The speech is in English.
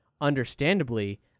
understandably